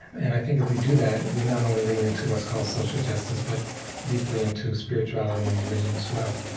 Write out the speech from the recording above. and i think, if we do that, we not only lean into what's called social justice, but deeply into spirituality and religion, as well